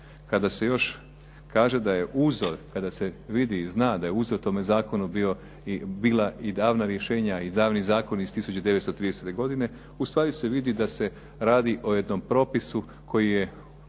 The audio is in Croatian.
Kada se još kaže da je uzor, kada se vidi i zna da je uzor tome zakonu bila i davna rješenja i davni zakoni iz 1930. godine u stvari se vidi da se radi o jednom propisu koji je